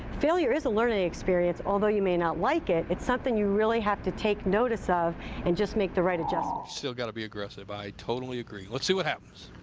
failure is a learning experience. although you may not like it, it's something you really have to take notice of and just make the right adjustments. still gotta be aggressive. i totally agree. let's see what happens.